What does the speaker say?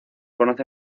conoce